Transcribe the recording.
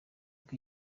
uko